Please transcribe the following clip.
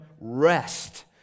rest